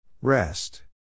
Rest